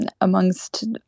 Amongst